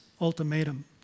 ultimatum